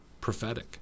prophetic